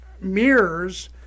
mirrors